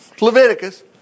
Leviticus